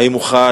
האם הוא חי?